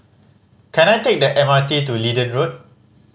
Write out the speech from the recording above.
can I take the M R T to Leedon Road